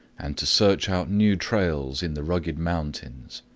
and to search out new trails in the rugged mountains.